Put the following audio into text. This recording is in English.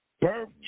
birth